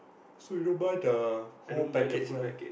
so you don't buy the whole package lah